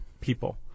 people